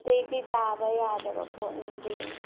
ꯁꯤꯗꯩꯗꯤ ꯇꯥꯕ ꯌꯥꯗꯕ ꯄꯣꯠꯅꯦ ꯑꯗꯨꯒꯤꯅꯤ